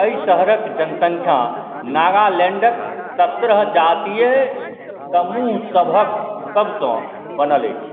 एहि शहरक जनसङ्ख्या नागालैंडक सत्रह जातीय समूहसभक सभसँ बनल अछि